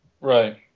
Right